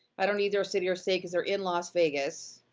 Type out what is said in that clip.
i don't need their city or state cause they're in las vegas.